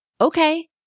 okay